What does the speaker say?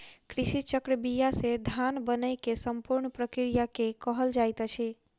कृषि चक्र बीया से धान बनै के संपूर्ण प्रक्रिया के कहल जाइत अछि